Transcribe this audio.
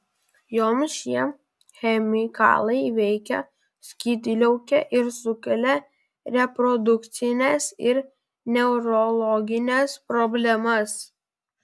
joms šie chemikalai veikia skydliaukę ir sukelia reprodukcines ir neurologines problemas